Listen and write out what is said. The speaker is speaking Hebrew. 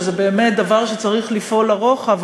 שזה באמת דבר שצריך לפעול לרוחב,